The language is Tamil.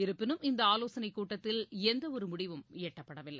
இருப்பினும் இந்த ஆலோசனை கூட்டத்தில் எந்த ஒரு முடிவும் எட்டப்படவில்லை